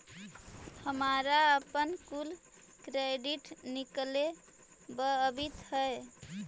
हमारा अपन कुल क्रेडिट निकले न अवित हई